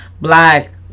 black